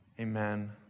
Amen